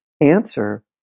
answer